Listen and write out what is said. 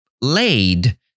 laid